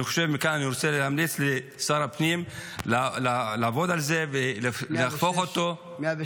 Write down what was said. מכאן אני רוצה להמליץ לשר הפנים לעבוד על זה ולהפוך אותו --- 106?